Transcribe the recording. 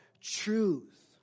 truth